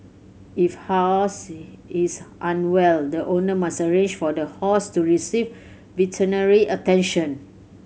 if horses is unwell the owner must arrange for the horse to receive veterinary attention